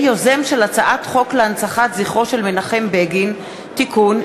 יוזם של הצעת חוק להנצחת זכרו של מנחם בגין (תיקון,